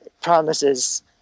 promises